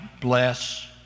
bless